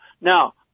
Now